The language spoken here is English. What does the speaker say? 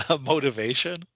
motivation